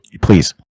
Please